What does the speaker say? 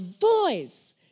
voice